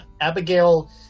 abigail